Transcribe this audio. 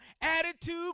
attitude